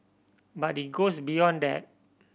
but it goes beyond that